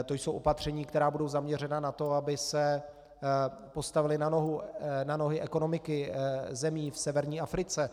To jsou opatření, která budou zaměřena na to, aby se postavily na nohy ekonomiky zemí v severní Africe.